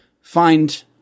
find